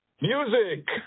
Music